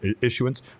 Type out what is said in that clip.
issuance